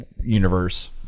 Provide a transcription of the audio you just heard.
universe